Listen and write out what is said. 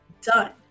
done